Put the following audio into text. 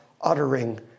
uttering